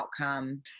outcome